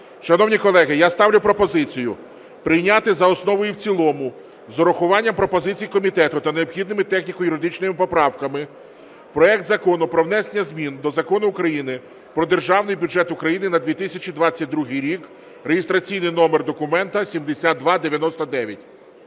Шановні колеги, я ставлю пропозицію прийняти за основу і в цілому з урахуванням пропозицій комітету та необхідними техніко-юридичними поправками проект Закону про внесення змін до Закону України "Про Державний бюджет України на 2022 рік" (реєстраційний номер документа 7299).